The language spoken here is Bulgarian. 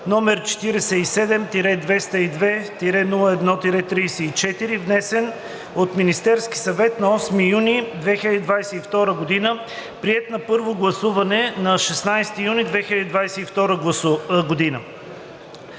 г., № 47-202-01-34, внесен от Министерския съвет на 8 юни 2022 г., приет на първо гласуване на 16 юни 2022 г.